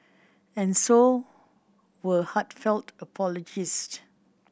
and so were heartfelt apologies